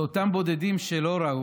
לאותם בודדים שלא ראו,